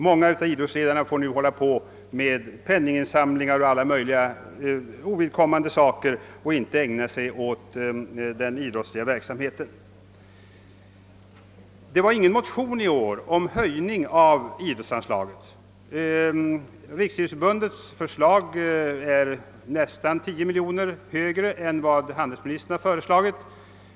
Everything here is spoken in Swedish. Många av idrottsledarna får nu hålla på med penninginsamlingar och alla möjliga andra ovidkommande verksamheter i stället för att ägna sig åt det rent idrottsliga arbetet. Det har i år inte väckts någon motion om höjning av idrottsanslaget. Riksidrottsförbundets förslag är nästan 10 miljoner kronor högre än vad handelsministern föreslagit.